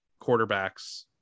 quarterbacks